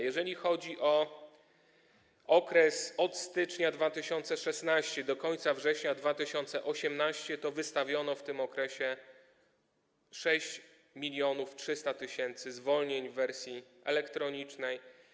Jeżeli chodzi o okres od stycznia 2016 r. do końca września 2018 r., wystawiono w tym okresie 6300 tys. zwolnień w wersji elektronicznej.